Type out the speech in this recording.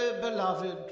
beloved